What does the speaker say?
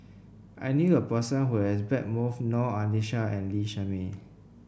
I knew a person who has bet moth Noor Aishah and Lee Shermay